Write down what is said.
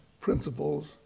principles